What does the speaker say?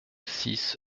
six